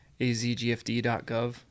azgfd.gov